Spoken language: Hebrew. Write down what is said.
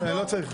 בבקשה.